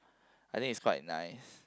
I think it's quite nice